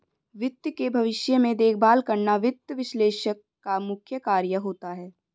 वित्त के भविष्य में देखभाल करना वित्त विश्लेषक का मुख्य कार्य होता है